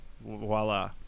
voila